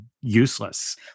useless